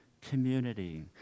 community